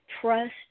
trust